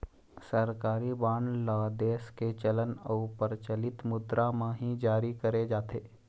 सरकारी बांड ल देश के चलन अउ परचलित मुद्रा म ही जारी करे जाथे